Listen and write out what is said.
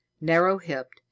narrow-hipped